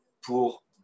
pour